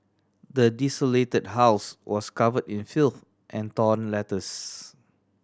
the desolated house was covered in filth and torn letters